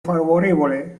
favorevole